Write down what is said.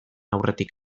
aurretik